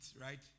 right